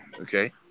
Okay